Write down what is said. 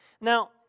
Now